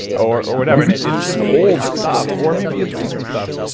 or or whatever. it's just old stuff or maybe it's recent stuff.